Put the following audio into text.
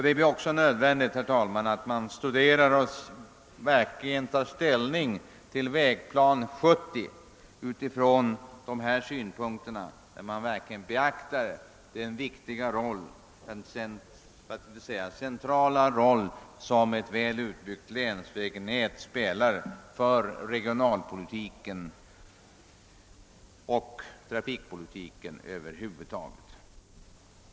Det blir också nödvändigt, herr talman, att studera och ta ställning till Vägplan 1970 utifrån dessa synpunkter och därvid verkligen beakta den viktiga — för att inte säga centrala — roll som ett väl utbyggt länsvägnät spelar för regionalpolitiken och trafikpolitiken över huvud taget.